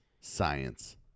Science